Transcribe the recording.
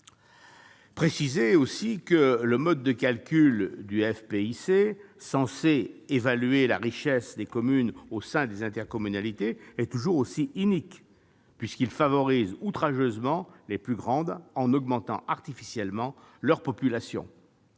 Ensuite, le mode de calcul du FPIC, censé évaluer la richesse des communes au sein des intercommunalités, est toujours aussi inique, puisqu'il favorise outrageusement les plus grandes d'entre elles en augmentant artificiellement leur population.